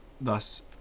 Thus